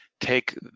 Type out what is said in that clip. take